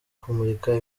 kumurika